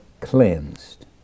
cleansed